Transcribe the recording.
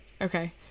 Okay